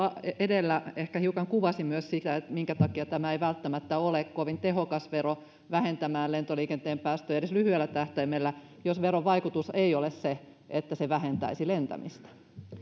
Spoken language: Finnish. edellä ehkä hiukan kuvasi myös sitä minkä takia tämä ei välttämättä ole kovin tehokas vero vähentämään lentoliikenteen päästöjä edes lyhyellä tähtäimellä jos veron vaikutus ei ole se että se vähentäisi lentämistä